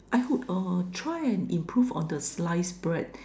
I would uh try and improve on the slice bread